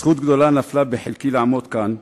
זכות גדולה נפלה בחלקי לעמוד כאן,